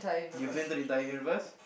you've been to the entire universe